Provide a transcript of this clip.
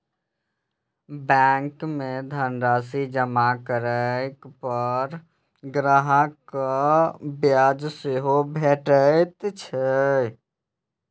bank मे धनराशि जमा करै पर ग्राहक कें ब्याज सेहो भेटैत छैक